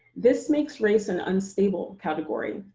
this makes race an unstable category,